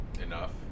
Enough